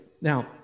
Now